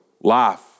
life